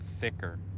thicker